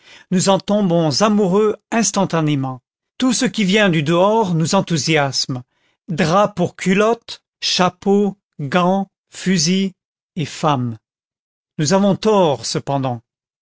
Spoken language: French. nous en tombons amoureux instantanément tout ce qui vient du dehors nous enthousiasme drap pour culottes chapeaux gants fusils et femmes nous avons tort cependant